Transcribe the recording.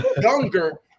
younger